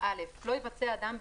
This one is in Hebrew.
לא יבצע אדם,